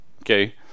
okay